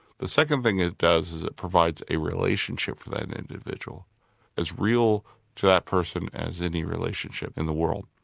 the second thing it does is it provides a relationship for that and individual. it's as real to that person as any relationship in the world.